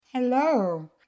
Hello